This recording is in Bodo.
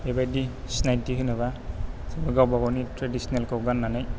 बेबायदि सिनायथि होनोबा गावबा गावनि थ्रेदिसोनेलखौ गान्नानै